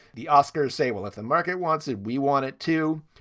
the oscars say, well, if the market wants it, we want it to.